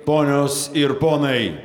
ponios ir ponai